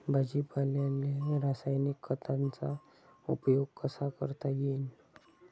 भाजीपाल्याले रासायनिक खतांचा उपयोग कसा करता येईन?